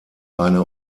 eine